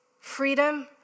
Freedom